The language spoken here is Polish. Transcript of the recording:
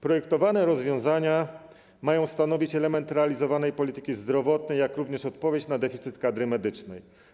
Projektowane rozwiązania mają stanowić element realizowanej polityki zdrowotnej, jak również odpowiedź na deficyt kadry medycznej.